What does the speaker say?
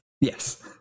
Yes